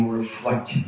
reflect